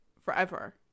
Forever